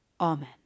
Amen